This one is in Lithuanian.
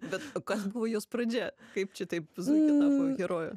bet kas buvo jos pradžia kaip čia taip zuikė tapo heroje